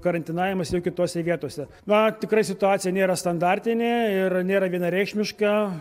karantinavimas ir kitose vietose na tikrai situacija nėra standartinė ir nėra vienareikšmiška